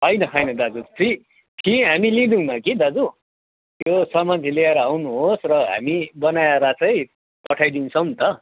होइन होइन दाजु फी फी हामी लिँदैनौँ कि दाजु त्यो सामान चाहिँ लिएर आउनुहोस् र हामी बनाएर चाहिँ पठाइदिन्छ नि त